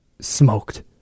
smoked